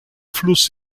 fluss